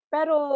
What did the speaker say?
Pero